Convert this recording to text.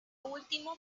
último